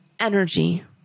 energy